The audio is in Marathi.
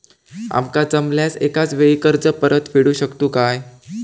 आमका जमल्यास एकाच वेळी कर्ज परत फेडू शकतू काय?